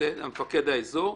מפקד האזור,